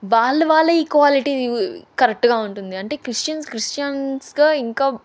వాళ్ళ వాళ్ళే ఈక్వాలిటీ కరెక్ట్గా ఉంటుంది అంటే క్రిస్టియన్స్ క్రిస్టియన్స్గా ఇంకా